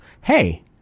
Hey